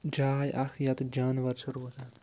جاے اَکھ ییٚتہِ جاناوَار چھِ روزان